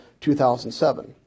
2007